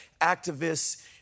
activists